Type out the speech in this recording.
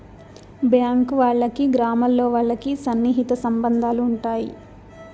bank వాళ్ళకి గ్రామాల్లో వాళ్ళకి సన్నిహిత సంబంధాలు ఉంటాయి